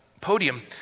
podium